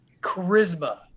charisma